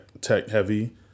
tech-heavy